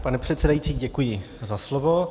Pane předsedající, děkuji za slovo.